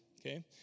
okay